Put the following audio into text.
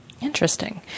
Interesting